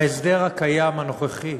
בהסדר הקיים, הנוכחי,